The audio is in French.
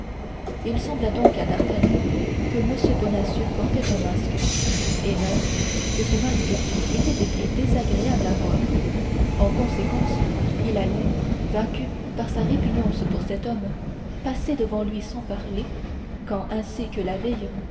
il sembla donc à d'artagnan que m bonacieux portait un masque et même que ce masque était des plus désagréables à voir en conséquence il allait vaincu par sa répugnance pour cet homme passer devant lui sans lui parler quand ainsi que la veille